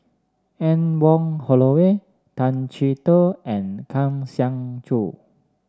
Anne Wong Holloway Tay Chee Toh and Kang Siong Joo